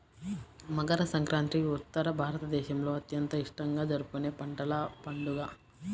మకర సంక్రాంతి ఉత్తర భారతదేశంలో అత్యంత ఇష్టంగా జరుపుకునే పంటల పండుగ